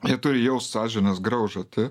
jie turi jaust sąžinės graužatį